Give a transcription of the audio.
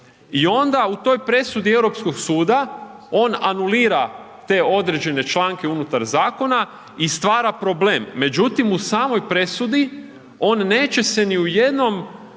i onda u toj presudi Europskog suda on anulira te određene članke unutar zakona i stvara problem. Međutim, u samoj presudi, on neće se ni u jednom,